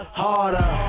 harder